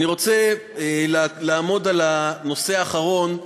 אני רוצה לעמוד על הנושא האחרון,